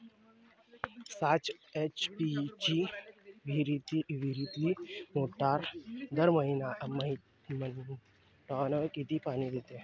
सात एच.पी ची विहिरीतली मोटार दर मिनटाले किती पानी देते?